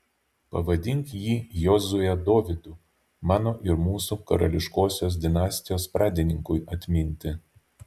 pavadink jį jozue dovydu mano ir mūsų karališkosios dinastijos pradininkui atminti